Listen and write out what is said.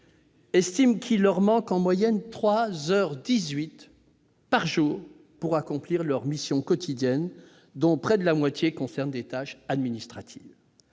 et dix-huit minutes en moyenne par jour pour accomplir leurs missions quotidiennes, dont près de la moitié concernent des tâches administratives